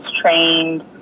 trained